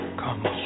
come